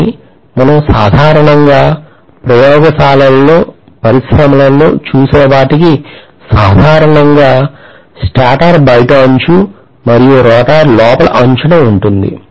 కానీ మనం సాధారణంగా ప్రయోగశాలలలో పరిశ్రమలలో చూసేవాటికి సాధారణంగా స్టేటర్ బయటి అంచు మరియు రోటర్ లోపలి అంచున ఉంటుంది